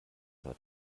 zwar